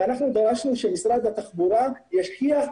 אנחנו דרשנו שמשרד התחבורה ישקיע.